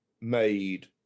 made